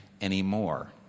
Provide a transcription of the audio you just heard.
anymore